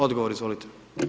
Odgovor izvolite.